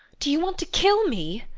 do you want to kill me?